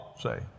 Say